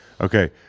Okay